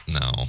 No